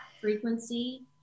frequency